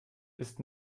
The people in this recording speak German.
ist